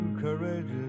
courageous